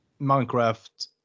Minecraft